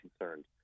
concerned